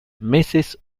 meses